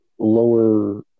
Lower